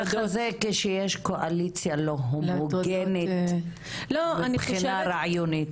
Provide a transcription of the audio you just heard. ככה זה כשיש קואליציה לא הומוגנית מבחינה רעיונית.